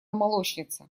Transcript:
молочница